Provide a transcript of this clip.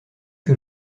que